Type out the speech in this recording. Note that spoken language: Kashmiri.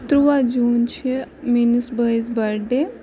ترُٛواہ جوٗن چھِ میٲنِس بٲیِس بٔرٕتھ ڈے